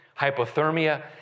Hypothermia